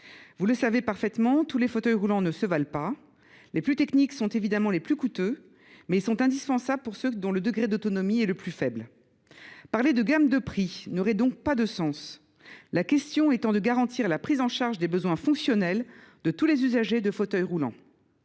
Vous le savez parfaitement, tous les fauteuils roulants ne se valent pas. Les plus techniques sont évidemment les plus coûteux, mais ils sont indispensables à ceux dont le degré d’autonomie est le plus faible. Parler de « gamme de prix » n’aurait donc pas de sens, la question étant de garantir la prise en charge des besoins fonctionnels de tous les usagers de fauteuils roulants.